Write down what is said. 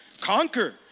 conquer